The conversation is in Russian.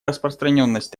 распространенность